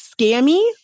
scammy